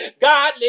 God